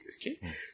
okay